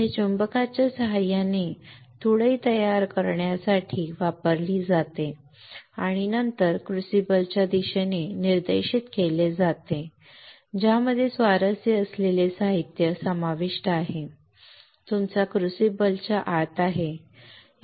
येथे चुंबकाच्या साहाय्याने क्रूसिबल तयार करण्यासाठी वापरली जाते आणि नंतर क्रुसिबलच्या दिशेने निर्देशित केले जाते ज्यामध्ये स्वारस्य असलेले साहित्य समाविष्ट आहे तुमच्या क्रूसिबल च्या आत आहे बरोबर